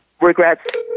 regrets